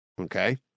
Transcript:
Okay